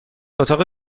اتاق